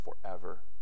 forever